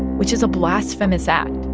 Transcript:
which is a blasphemous act.